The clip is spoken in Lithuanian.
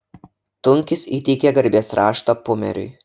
tunkis įteikė garbės raštą pumeriui